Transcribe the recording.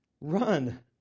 Run